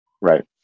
right